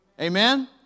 Amen